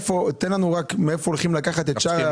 תן לנו רק מאיפה הולכים לקחת את שאר הסבסוד לצורך העניין.